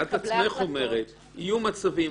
את בעצמך אומרת שיהיו מצבים,